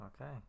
Okay